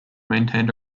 maintained